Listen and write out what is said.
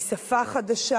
היא שפה חדשה,